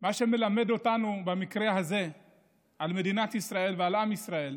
מה שמלמד אותנו במקרה הזה על מדינת ישראל ועל עם ישראל,